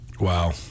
Wow